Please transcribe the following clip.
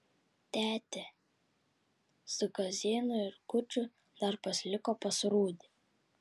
tetė su kazėnu ir guču dar pasiliko pas rūdį